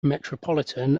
metropolitan